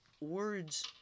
words